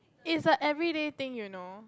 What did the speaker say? it's a everyday thing you know